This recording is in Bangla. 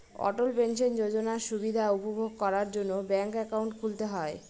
অটল পেনশন যোজনার সুবিধা উপভোগ করার জন্য ব্যাঙ্ক একাউন্ট খুলতে হয়